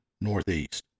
Northeast